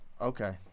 Okay